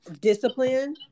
Discipline